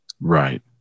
Right